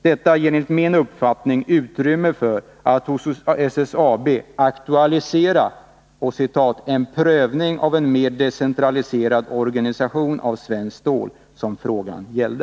Detta ger enligt min uppfattning utrymme för att hos SSAB aktualisera en prövning av ”en mer decentraliserad organisation av Svenskt Stål”, som frågan gällde.